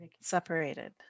separated